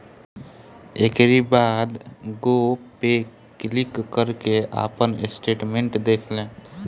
एकरी बाद गो पे क्लिक करके आपन स्टेटमेंट देख लें